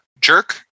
Jerk